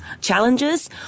challenges